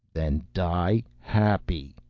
then die happy!